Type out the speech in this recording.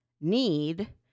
need